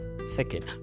second